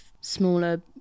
smaller